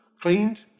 cleaned